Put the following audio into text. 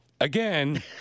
Again